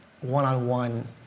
one-on-one